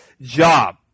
job